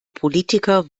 politiker